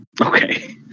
Okay